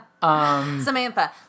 Samantha